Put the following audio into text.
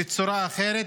בצורה אחרת,